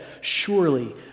surely